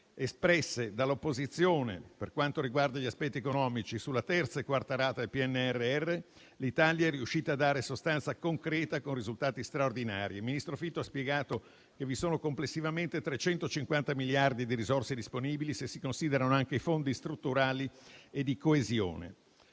espresse dall'opposizione per quanto riguarda gli aspetti economici, sulla terza e quarta rata del PNRR, l'Italia è riuscita a dare sostanza concreta con risultati straordinari. Il ministro Fitto ha spiegato che vi sono complessivamente 350 miliardi di risorse disponibili, se si considerano anche i fondi strutturali e di coesione.